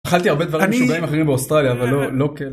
אכלתי הרבה דברים משוגעים אחרים באוסטרליה, אבל לא כאלה.